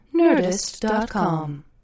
Nerdist.com